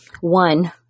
one